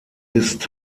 ist